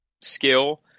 skill